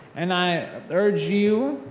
and i urge you,